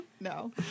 no